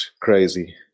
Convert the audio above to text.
crazy